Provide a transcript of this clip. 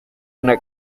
una